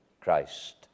christ